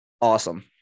awesome